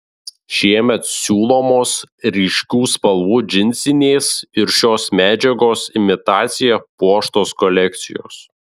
šiemet siūlomos ryškių spalvų džinsinės ir šios medžiagos imitacija puoštos kolekcijos